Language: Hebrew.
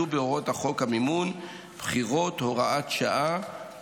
בהוראות חוק מימון בחירות (הוראת שעה),